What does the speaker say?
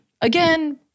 again